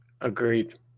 agreed